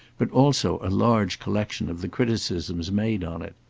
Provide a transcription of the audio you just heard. but also a large collection of the criticisms made on it.